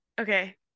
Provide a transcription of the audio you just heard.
Okay